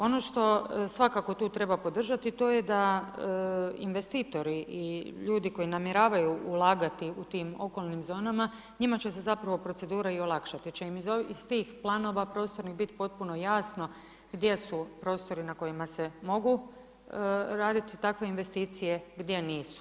Ono što svakako tu treba podržati to je da investitor i ljudi koji namjeravaju ulagati u tim okolnim zonama, njima će zapravo procedura i olakšati jer će im iz tih planova prostornih biti potpuno jasno gdje su prostori na kojima se mogu raditi takve investicije, gdje nisu.